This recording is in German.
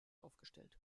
aufgestellt